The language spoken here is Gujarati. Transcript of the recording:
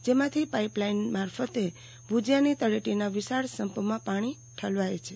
જેમાંથી પાઈપલાઈન મારફતે ભુજીયાની તળેટીના વિશાળ સંપમાં પાણી ઠલવાય છે